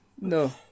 No